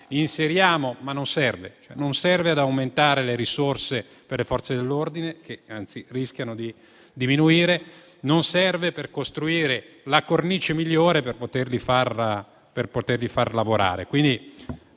inseriamo. Ma lo scontro non serve ad aumentare le risorse per le Forze dell'ordine, che anzi rischiano di diminuire; non serve per costruire la cornice migliore per poterli far lavorare.